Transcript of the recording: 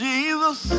Jesus